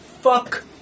Fuck